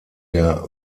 der